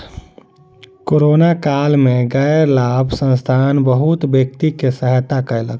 corona काल में गैर लाभ संस्थान बहुत व्यक्ति के सहायता कयलक